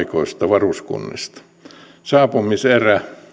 varuskunnista saapumiserä